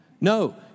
No